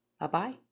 Bye-bye